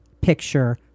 picture